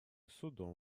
судом